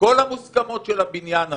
כל המוסכמות של הבניין הזה,